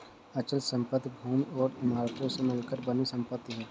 अचल संपत्ति भूमि और इमारतों से मिलकर बनी संपत्ति है